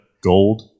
gold